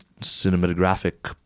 cinematographic